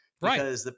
Right